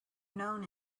known